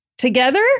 together